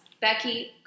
Becky